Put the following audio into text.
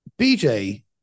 BJ